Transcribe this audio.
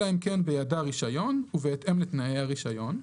אלא אם כן בידה רישיון ובהתאם לתנאי הרישיון,